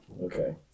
Okay